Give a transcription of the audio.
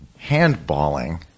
Handballing